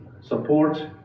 support